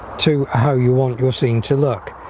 to how you want your scene to look